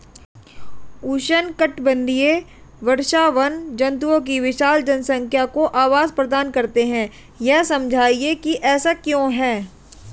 उष्णकटिबंधीय वर्षावन जंतुओं की विशाल जनसंख्या को आवास प्रदान करते हैं यह समझाइए कि ऐसा क्यों है?